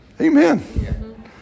Amen